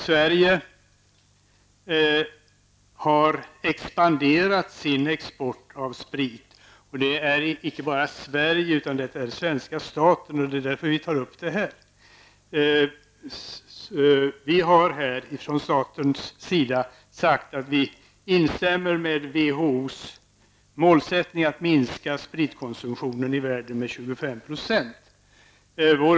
Sverige har expanderat sin export av sprit, och det är inte bara Sverige utan svenska staten, och det är därför vi tar upp det här. Svenska staten har instämt i WHOs målsättning att minska spritkonsumtionen i världen med 25 %.